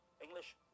English